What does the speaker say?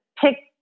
pick